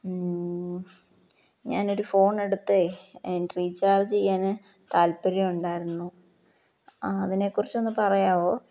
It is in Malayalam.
ഞാനൊരു ഫോണെടുത്തത് റീചാർജ് ചെയ്യാൻ താല്പര്യം ഉണ്ടായിരുന്നു ആ അതിനെക്കുറിച്ചൊന്ന് പറയാമോ